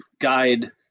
guide